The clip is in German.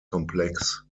komplex